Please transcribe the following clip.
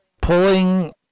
pulling